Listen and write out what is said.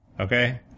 okay